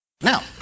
Now